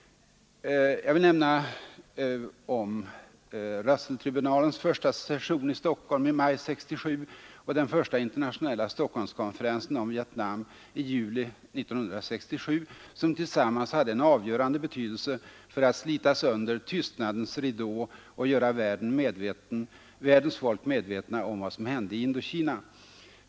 Jag vill här nämna Russelltribunalens första session i Stockholm i maj 1967 och den första internationella Stockholmskonferensen om Vietnam i juli 1967, som tillsammans hade en avgörande betydelse för att slita sönder tystnadens ridå och göra världens folk medvetna om vad som hände i Indokina.